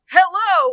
Hello